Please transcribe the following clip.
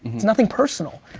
it's nothing personal.